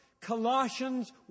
Colossians